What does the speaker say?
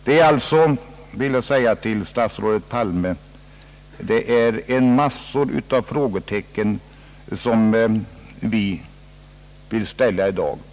Det är alltså, vill jag säga till statsrådet Palme, en massa frågor som vi har att ställa i dag.